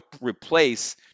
replace